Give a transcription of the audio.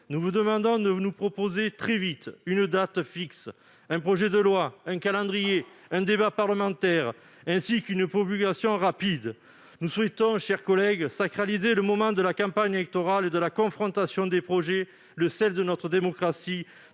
nous vous demandons de nous proposer très vite une date fixe, un projet de loi, un calendrier, un débat parlementaire, ainsi qu'une promulgation rapide. Nous souhaitons sacraliser le moment de la campagne électorale et de la confrontation des projets, qui est, mes